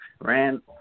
Ran